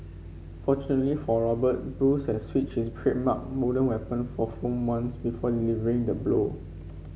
fortunately for Robert Bruce had switched his trademark weapon for foam ones before delivering the blow